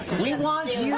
we and want you. yeah